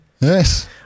Yes